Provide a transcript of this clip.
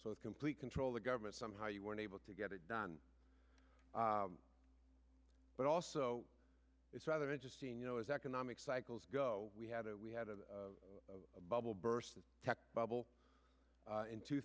so it's complete control the government somehow you weren't able to get it done but also it's rather interesting you know as economic cycles go we had a we had a bubble bursting tech bubble in two